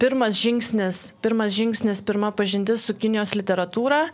pirmas žingsnis pirmas žingsnis pirma pažintis su kinijos literatūra